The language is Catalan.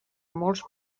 molts